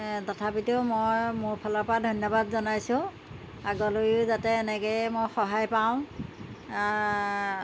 তথাপিতো মই মোৰ ফালৰ পৰা ধন্যবাদ জনাইছোঁ আগলৈও যাতে এনেকেই মই সহায় পাওঁ